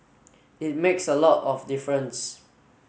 it makes a lot of difference